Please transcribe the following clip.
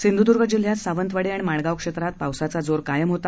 सिंधूद्र्ग जिल्ह्यात सावंतवाडी आणि माणगाव क्षेत्रात पावसाचा जोर कायम होता